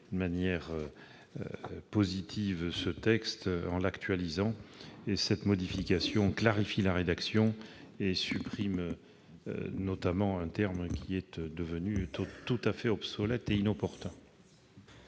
de manière positive ce texte en l'actualisant. Cette modification clarifie la rédaction et supprime notamment un terme devenu tout à fait obsolète et inopportun.